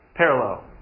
parallel